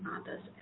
others